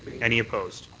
any opposed?